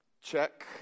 Check